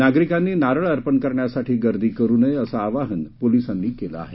नागरिकांनी नारळ अर्पण करण्यासाठी गर्दी करू नये असं आवाहन पोलिसांनी केलं आहे